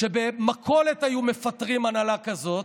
במכולת היו מפטרים הנהלה כזאת,